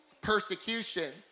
persecution